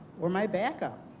were my back-up.